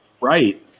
Right